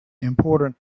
important